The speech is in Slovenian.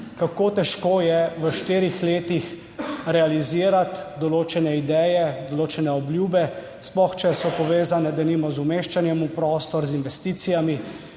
kako težko je v štirih letih realizirati določene ideje, določene obljube, sploh če so povezane denimo z umeščanjem v prostor, z investicijami.